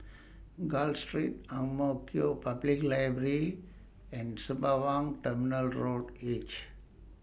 Gul Street Ang Mo Kio Public Library and Sembawang Terminal Road H